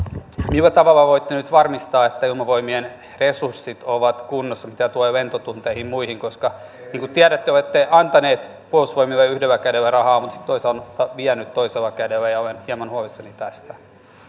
millä tavalla voitte nyt varmistaa että ilmavoimien resurssit ovat kunnossa mitä tulee lentotunteihin ja muihin niin kuin tiedätte olette antaneet puolustusvoimille yhdellä kädellä rahaa mutta sitten vieneet toisella kädellä ja olen hieman huolissani tästä